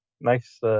Nice